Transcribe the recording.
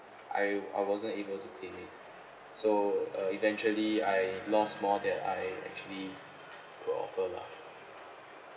I I wasn't able to claim it so uh eventually I lost more than I actually could offer lah